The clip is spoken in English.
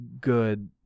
good